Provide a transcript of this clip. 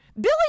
Billy